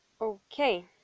Okay